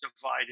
divided